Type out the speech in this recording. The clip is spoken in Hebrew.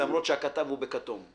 למרות שהכתב הוא בכתום.